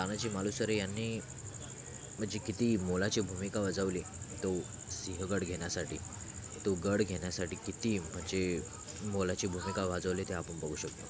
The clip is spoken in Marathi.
तानाजी मालुसरे यांनी म्हणजे किती मोलाची भूमिका बजावली तो सिंहगड घेण्यासाठी तो गड घेण्यासाठी किती म्हणजे मोलाची भूमिका बजावली ते आपण बघू शकतो